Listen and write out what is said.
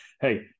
hey